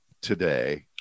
today